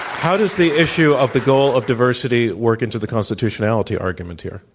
how does the issue of the goal of diversity work into the constitutionality argument here?